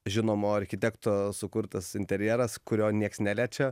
žinomo architekto sukurtas interjeras kurio nieks neliečia